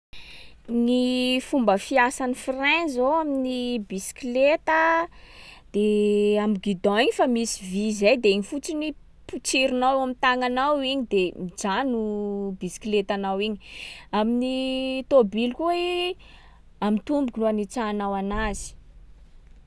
Gny fomba fiasan’ny frein zao amin’ny bisikleta, de am'guidon iny fa misy vy zay, de iny fotsiny potsirinao am'tagnanao igny, de mijano bisikleta anao igny. Amin’ny tômbily koa i am'tomboky no anitsahanao anazy.